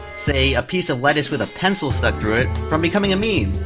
say, a piece of lettuce with a pencil stuck through it, from becoming a meme?